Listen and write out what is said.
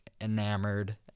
enamored